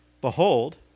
behold